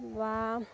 বা